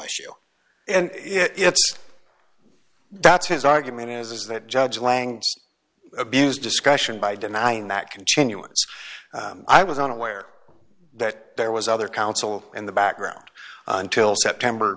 issue and if that's his argument is that judge lang abuse discussion by denying that continuance i was unaware that there was other counsel in the background until september